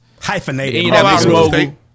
Hyphenated